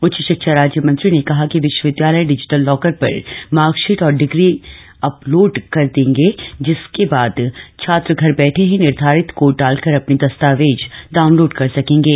उच्च शिक्षा राज्य मंत्री ने कहा कि विश्वविदयालय डिजिटल लॉकर पर मार्कशीट और डिग्री अपलोड कर देंगे जिसके बाद छात्र घर बैठे ही निर्धारित कोड डालकर अपने दस्तावेज डाउनलोड कर सकेंगे